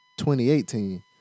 2018